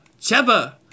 Cheba